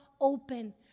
open